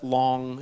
long